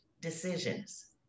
decisions